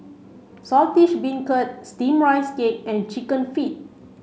Saltish Beancurd steamed rice cake and chicken feet